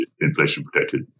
inflation-protected